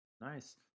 nice